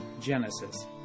Genesis